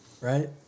Right